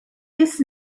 this